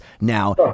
now